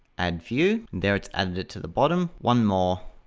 add view, and there its added to the bottom. one more,